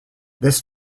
this